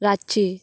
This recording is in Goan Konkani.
रातची